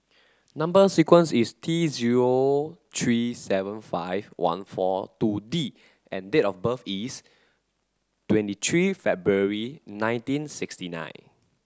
number sequence is T zero three seven five one four two D and date of birth is twenty three February nineteen sixty nine